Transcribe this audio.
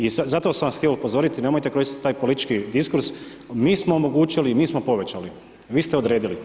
I zato sam vas htio upozoriti nemojte koristiti taj politički diskurs, mi smo omogućili i mi smo povećali, vi ste odredili.